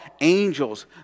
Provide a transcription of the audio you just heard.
angels